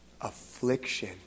Affliction